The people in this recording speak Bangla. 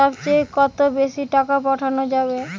সব চেয়ে কত বেশি টাকা পাঠানো যাবে?